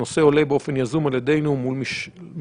הנושא עולה באופן יזום על ידינו מול ממשלות